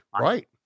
Right